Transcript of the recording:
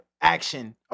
action